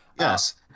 yes